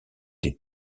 des